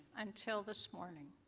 until this morning.